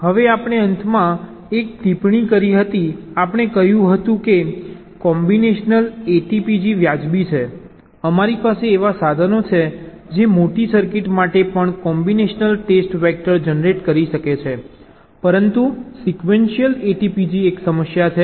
હવે આપણે અંતમાં એક ટિપ્પણી કરી હતી આપણે કહ્યું હતું કે કોમ્બિનેશનલ ATPG વ્યાજબી છે અમારી પાસે એવા સાધનો છે જે મોટી સર્કિટ માટે પણ કોમ્બિનેશનલ ટેસ્ટ વેક્ટર જનરેટ કરી શકે છે પરંતુ સિક્વેન્શિયલ ATPG એક સમસ્યા છે